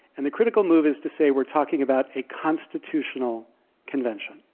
and the critical move is to say we're talking about a constitutional convention,